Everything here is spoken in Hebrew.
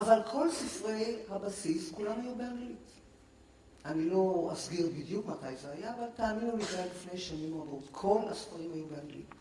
אבל כל ספרי הבסיס, כולם היו באנגלית. אני לא אסגיר בדיוק מתי זה היה, אבל תאמינו לי, זה היה לפני שנים רבות. כל הספרים היו באנגלית.